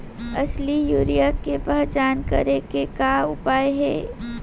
असली यूरिया के पहचान करे के का उपाय हे?